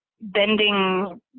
bending